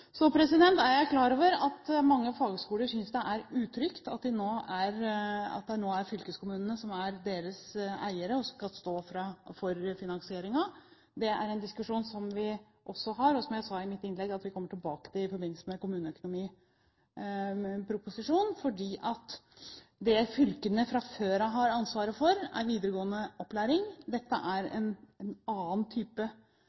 Så er jeg klar over at mange fagskoler synes det er utrygt at det nå er fylkeskommunene som er deres eiere, og som skal stå for finansieringen. Det er en diskusjon som vi også har, og som vi, som jeg sa i mitt innlegg, kommer tilbake til i forbindelse med kommuneproposisjonen, for det fylkene fra før av har ansvaret for, er videregående opplæring. Dette er